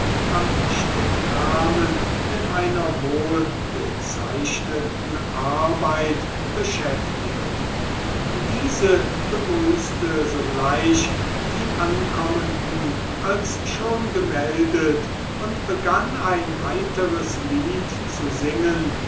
am stickrahmen mit einer wohlgezeichneten arbeit beschäftigt diese begrüßte sogleich die ankommenden als schon gemeldet und begann ein heiteres lied zu singen